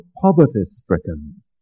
poverty-stricken